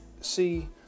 see